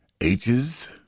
H's